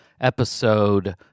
episode